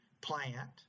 plant